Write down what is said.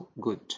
good